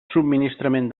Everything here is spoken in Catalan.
subministrament